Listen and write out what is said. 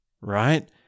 right